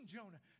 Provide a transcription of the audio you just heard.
Jonah